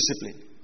discipline